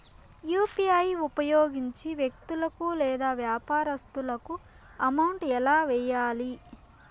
UPI ఉపయోగించి వ్యక్తులకు లేదా వ్యాపారస్తులకు అమౌంట్ ఎలా వెయ్యాలి